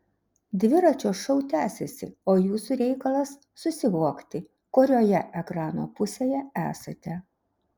dviračio šou tęsiasi o jūsų reikalas susivokti kurioje ekrano pusėje esate